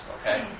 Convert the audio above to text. Okay